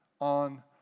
on